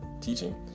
teaching